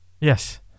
Yes